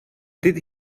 did